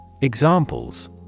Examples